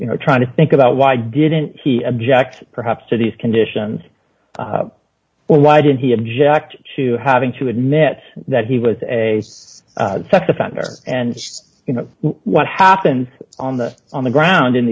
you know trying to think about why didn't he object perhaps to these conditions or why didn't he object to having to admit that he was a sex offender and you know what happens on the on the ground in